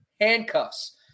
handcuffs